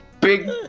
big